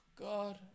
God